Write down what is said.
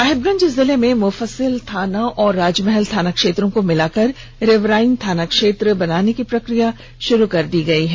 साहिबगंज जिले में मुफस्सिल थाना और राजमहल थाना क्षेत्रों को मिलाकर रिवराईन थाना क्षेत्र बनाने की प्रक्रिया शुरू कर दी गई है